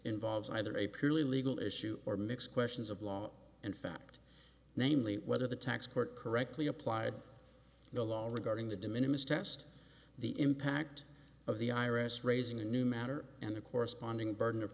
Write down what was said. involves either a purely legal issue or mix questions of law and fact namely whether the tax court correctly applied the law regarding the de minimus test the impact of the i r s raising a new matter and the corresponding burden of